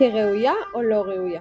כראויה או לא ראויה.